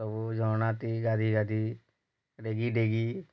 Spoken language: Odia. ଝରଣା ଥି ଗାଧି ଗାଧି ରେଗି ଡେଗି